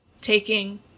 taking